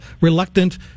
reluctant